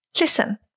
Listen